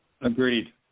Agreed